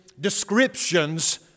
descriptions